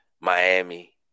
Miami